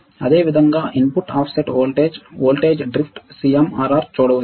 అదేవిధంగా input offset voltage voltage drift CMRR చూడవచ్చు